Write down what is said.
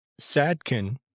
Sadkin